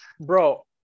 Bro